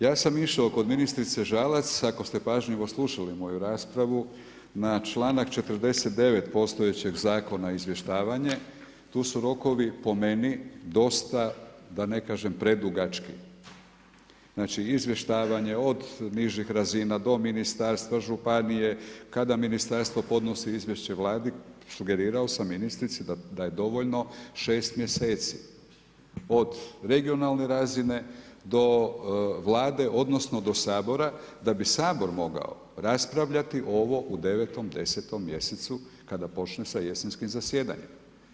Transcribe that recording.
Ja sam išao kod ministrice Žalac ako ste pažljivo slušali moju raspravu na članak 49. postojećeg zakona izvještavanje, tu su rokovi po meni dosta da ne kažem predugački, znači izvještavanje od nižih razina do ministarstva, županije kada ministarstvo podnosi izvješće Vladi, sugerirao sam ministrici da je dovoljno 6 mjeseci od regionalne razine do Vlade odnosno do Sabora da bi Sabor mogao raspravljati ovo u 9., 10. mjesecu kada počne sa jesenskim zasjedanjem.